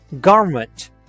Garment